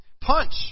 punch